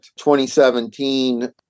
2017